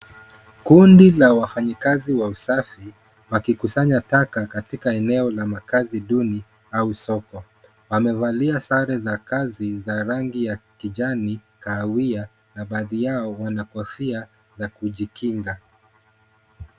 Kundi la wafanyikazi wa usafi wakikusanya taka katika eneo la makazi duni au soko. Wamevalia sare za kazi za rangi ya kijani ,kahawia na baadhi yao Wana kofia za kujikinga.